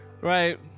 Right